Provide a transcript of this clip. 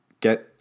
get